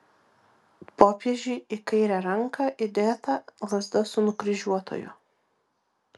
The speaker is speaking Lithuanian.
popiežiui į kairę ranką įdėta lazda su nukryžiuotuoju